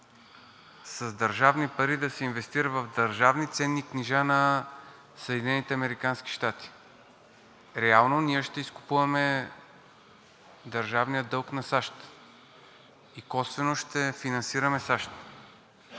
с държавни пари да се инвестира в държавни ценни книжа на Съединените американски щати. Реално ние ще изкупуваме държавния дълг на САЩ и косвено ще финансираме САЩ.